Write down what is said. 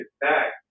back